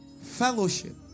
Fellowship